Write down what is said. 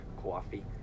coffee